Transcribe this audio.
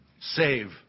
save